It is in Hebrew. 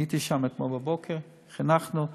הייתי שם אתמול בבוקר, חנכנו.